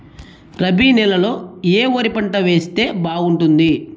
రబి నెలలో ఏ వరి పంట వేస్తే బాగుంటుంది